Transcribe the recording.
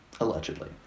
Allegedly